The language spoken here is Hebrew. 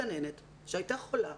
גננת שהייתה חולה,